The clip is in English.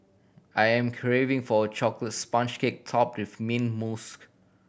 I am craving for a chocolate sponge cake top with mint mousse